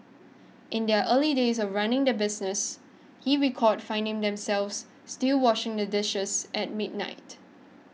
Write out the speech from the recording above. in their early days of running the business he recalled finding themselves still washing the dishes at midnight